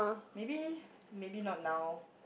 maybe maybe not now